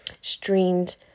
streamed